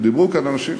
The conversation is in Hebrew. ודיברו כאן אנשים.